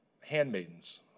handmaidens